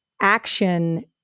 action